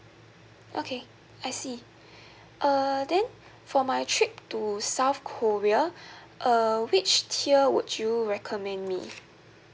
okay I see err then for my trip to south korea uh which tier would you recommend me